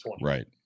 Right